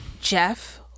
Jeff